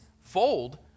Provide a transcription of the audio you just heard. fold